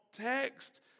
text